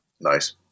Nice